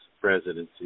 presidency